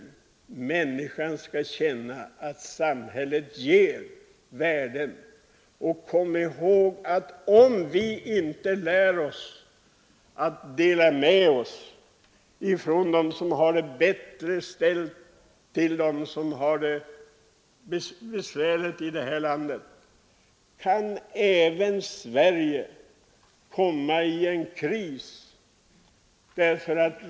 Människan skall känna att samhället ger värden. Vi skall också komma ihåg, att om inte de människor som har det bättre ställt kan lära att dela med sig till dem som har det besvärligt här i landet, så kan också Sverige råka in i en kris.